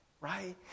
right